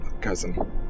cousin